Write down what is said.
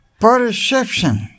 Perception